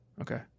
Okay